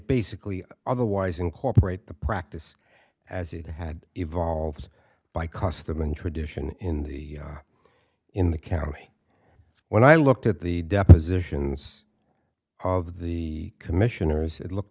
basically otherwise incorporate the practice as it had evolved by custom and tradition in the in the county when i looked at the depositions of the commissioners it looked